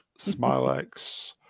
Smilex